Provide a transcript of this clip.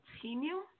continue